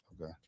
okay